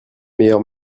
meilleur